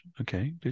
okay